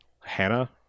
Hannah